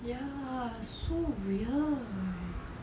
ya so weird